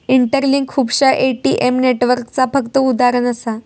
interlink खुपश्या ATM नेटवर्कचा फक्त उदाहरण असा